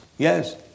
Yes